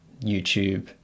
YouTube